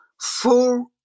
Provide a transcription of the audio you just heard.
four